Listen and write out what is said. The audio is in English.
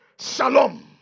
Shalom